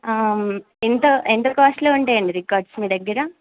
ఎంత ఎంత కాస్ట్లో ఉంటాయండి రికార్డ్స్ మీ దగ్గర